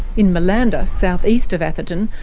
in malanda, south east of atherton,